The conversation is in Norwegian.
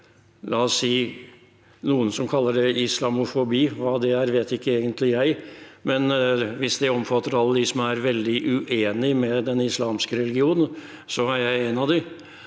og det noen kaller islamofobi. Hva det er, vet jeg egentlig ikke, men hvis det omfatter alle dem som er veldig uenig med den islam ske religion, er jeg en av dem.